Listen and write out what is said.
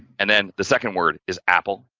and then the second word is apple,